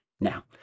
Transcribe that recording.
Now